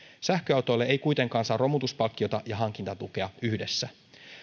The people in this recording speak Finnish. sähköautoille ei kuitenkaan saa romutuspalkkiota ja hankintatukea yhdessä